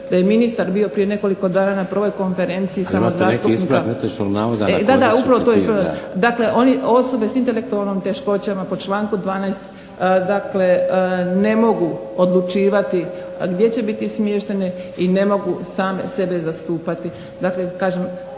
da je ministar bio prije nekoliko dana na Prvoj konferenciji samo ... .../Upadica Šeks: Ali imate neki ispravak netočnog navoda na koji .../... Da, da, upravo to ispravljam. Dakle, osobe sa intelektualnim teškoćama po članku 12. dakle ne mogu odlučivati gdje će biti smještene i ne mogu same sebe zastupati. Dakle, kažem